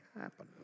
happen